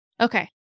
Okay